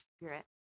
spirit